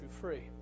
free